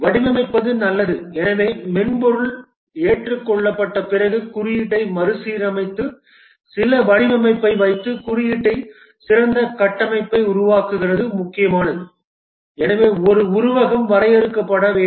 வடிவமைப்பது நல்லது எனவே மென்பொருள் ஏற்றுக்கொள்ளப்பட்ட பிறகு குறியீட்டை மறுசீரமைத்து சில வடிவமைப்பை வைத்து குறியீட்டை சிறந்த கட்டமைப்பை உருவாக்குவது முக்கியமானது எனவே ஒரு உருவகம் வரையறுக்கப்பட வேண்டும்